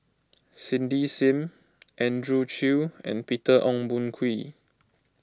Cindy Sim Andrew Chew and Peter Ong Boon Kwee